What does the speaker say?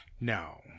No